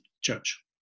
church